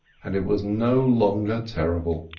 and it was no longer terrible